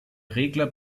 regler